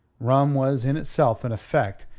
rum was in itself an effect,